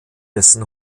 dessen